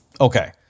Okay